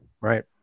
Right